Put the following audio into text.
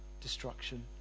destruction